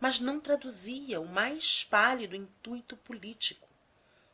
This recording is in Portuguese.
mas não traduzia o mais pálido intuito político